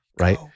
right